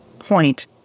Point